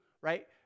right